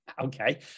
Okay